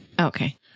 Okay